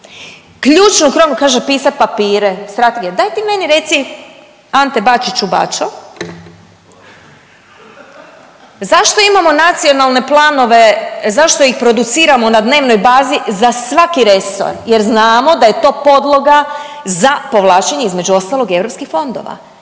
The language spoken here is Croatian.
Ključnu krovnu, kaže pisat papire, strategije. Daj ti meni reci, Ante Bačiću Baćo zašto imamo nacionalne planove, zašto ih produciramo na dnevnoj bazi za svaki resor? Jer znamo da je to podloga za povlačenje, između ostalog i europskih fondova.